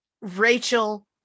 Rachel